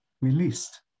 released